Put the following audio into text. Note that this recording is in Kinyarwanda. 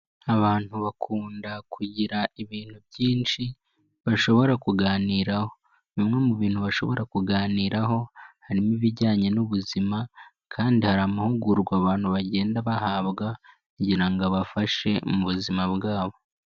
Abantu bakunda kugira ibintu byinshi bashobora kuganiraho. Bimwe mu bintu bashobora kuganiraho harimo ibijyanye n'ubuzima, kandi hari amahugurwa abantu bagenda bahabwa, kugira ngo abafashe mu buzima bwabo.